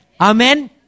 Amen